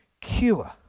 cure